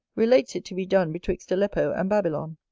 relates it to be done betwixt aleppo and babylon,